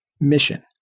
mission